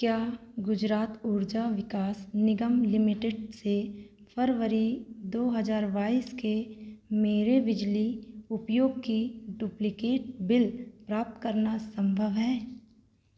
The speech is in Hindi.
क्या गुजरात ऊर्जा विकास निगम लिमिटेड से फरवरी दो हज़ार बाइस के मेरे बिजली उपयोग कि डुप्लिकेट बिल प्राप्त करना सम्भव है